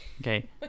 okay